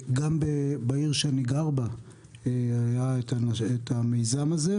גם בעיר שאני גר בה היה את המיזם הזה,